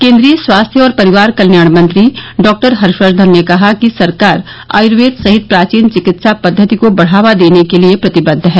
केन्द्रीय स्वास्थ्य और परिवार कल्याण मंत्री डॉक्टर हर्षवर्धन ने कहा कि सरकार आयर्वेद सहित प्राचीन चिकित्सा पद्वति को बढ़ावा देने के लिए प्रतिबद्व है